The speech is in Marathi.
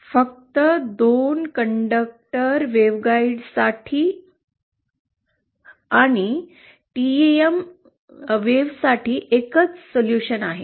फक्त 2 कंडक्टर वेव्हगाईड्ससाठी आणि टेम लाटांसाठी एकच उपाय सोल्यूशन आहे